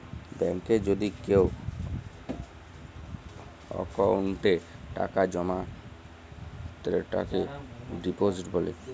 ব্যাংকে যদি কেও অক্কোউন্টে টাকা জমা ক্রেতাকে ডিপজিট ব্যলে